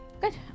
Good